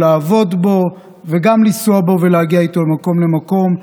לעבוד בו וגם לנסוע בו ולהגיע איתו ממקום למקום.